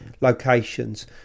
locations